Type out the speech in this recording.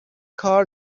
کار